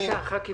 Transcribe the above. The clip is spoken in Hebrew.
עכשיו.